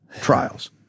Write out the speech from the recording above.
trials